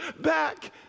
back